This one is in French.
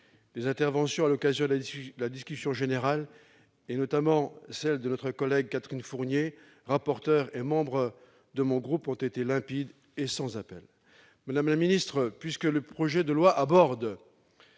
les interventions lors de la discussion générale, notamment celle de notre collègue Catherine Fournier, rapporteur et membre de mon groupe, ont été limpides et sans appel. Madame la ministre, puisque le projet de loi aborde